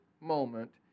moment